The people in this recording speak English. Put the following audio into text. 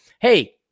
hey